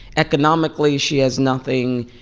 economically, she has nothing.